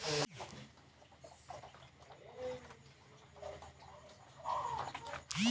पशुपालन और कृषि आधारित अर्थव्यवस्था ग्रामीण रोजगार के साधन हई